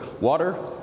water